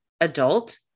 adult